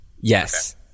yes